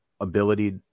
ability